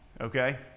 okay